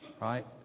right